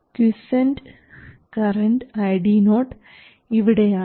quiescent current ID0 ഇവിടെയാണ്